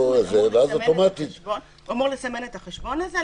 ואז אוטומטית --- הוא אמור לסמן את החשבון הזה,